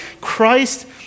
Christ